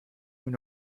moet